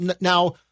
Now